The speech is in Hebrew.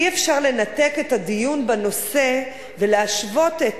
אי-אפשר לנתק את הדיון בנושא ולהשוות את